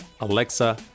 Alexa